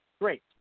great